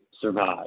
survive